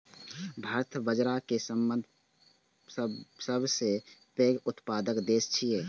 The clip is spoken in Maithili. भारत बाजारा के सबसं पैघ उत्पादक देश छियै